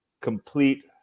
complete